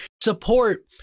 support